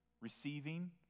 receiving